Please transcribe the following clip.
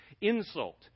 insult